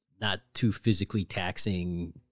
not-too-physically-taxing